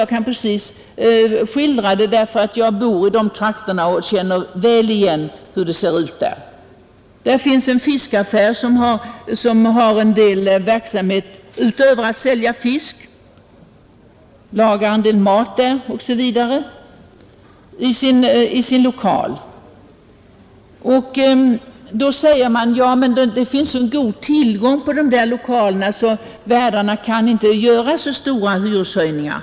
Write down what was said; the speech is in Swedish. Jag kan precis skildra det, därför att jag bor i ett sådant här område och väl vet hur det ser ut. Där finns också en fiskaffär där man utöver att sälja fisk lagar och säljer en del mat i lokalen osv. Då sägs det: Ja, men tillgången på de där lokalerna är så god att värdarna inte kan göra så stora hyreshöjningar.